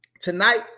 tonight